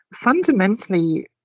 fundamentally